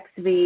XV